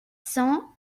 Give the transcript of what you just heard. cents